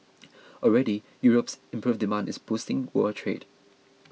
already Europe's improved demand is boosting world trade